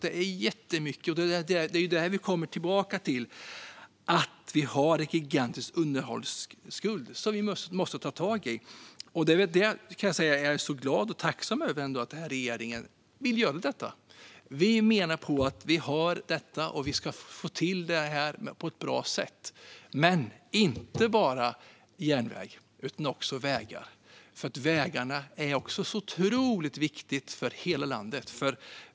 Det är jättemycket, och där kommer vi tillbaka till att vi har en gigantisk underhållsskuld som vi måste ta tag i. Jag är glad och tacksam över att den här regeringen vill göra detta. Vi menar att vi ska få till detta på ett bra sätt. Men det ska inte bara vara järnväg utan också vägar. Vägarna är också otroligt viktiga för hela landet.